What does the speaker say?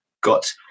got